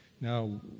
Now